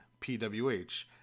PWH